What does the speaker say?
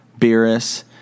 Beerus